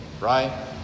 right